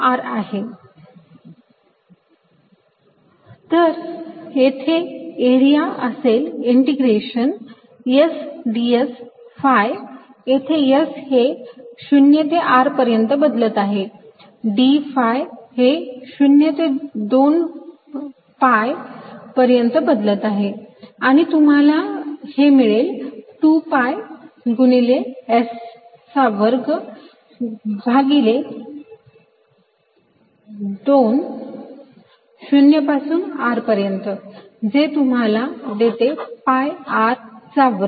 तर येथे एरिया असेल इंटिग्रेशन s ds phi इथे S हे 0 ते r पर्यंत बदलत आहे d phi हे 0 ते 2 pi पर्यंत बदलत आहे आणि तुम्हाला हे मिळेल 2 pi गुणिले s चा वर्ग भागिले 2 0 पासून R पर्यंत जे तुम्हाला देते pi r चा वर्ग